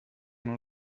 non